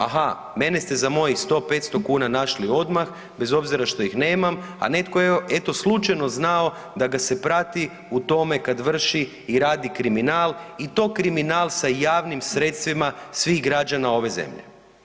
Aha, mene ste za mojih 100, 500 kuna našli odmah bez obzira što ih nemam, a netko je eto slučajno znao da ga se prati u tome kada vrši i radi kriminal i to kriminal sa javnim sredstvima svih građana ove zemlje.